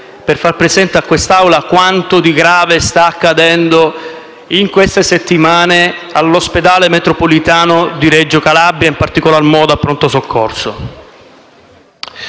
per far presente all'Assemblea quanto di grave sta accadendo in queste settimane all'ospedale metropolitano di Reggio Calabria, in particolar modo al Pronto Soccorso.